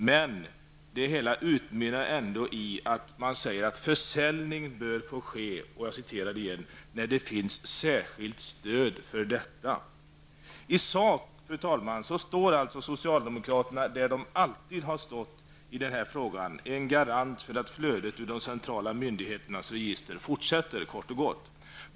Men det hela utmynnar ändå i att man säger att försäljning bör få ske ''när det finns särskilt stöd för detta''. I sak, fru talman, står alltså socialdemokraterna där de alltid har stått i denna fråga, en garant för att flödet av de centrala myndigheternas register fortsätter, kort och gott.